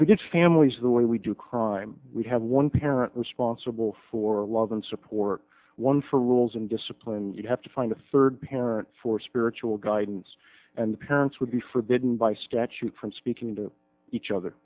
good families the way we do crime we have one parent responsible for love and support one for rules and discipline you have to find a third parent for spiritual guidance and the parents would be forbidden by statute from speaking to each other